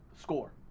Score